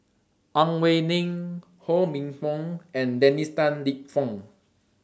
Ang Wei Neng Ho Minfong and Dennis Tan Lip Fong